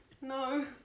no